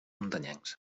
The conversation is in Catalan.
muntanyencs